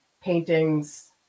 paintings